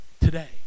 today